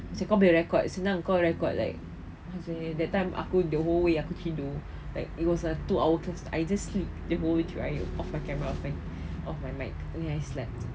macam kau punya record senang kau record like how to say that time aku the whole way aku tidur like it was like two hour class I just sleep the whole way through I off my camera and off my mic then I slept